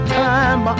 time